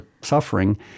suffering